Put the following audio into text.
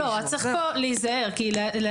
צריך להיזהר כאן.